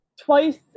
Twice